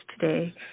today